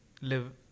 live